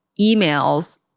emails